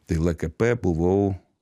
tai lkp buvau